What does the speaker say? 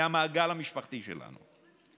מהמעגל המשפחתי שלנו.